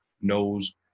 knows